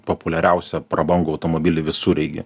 populiariausią prabangų automobilį visureigį